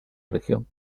religión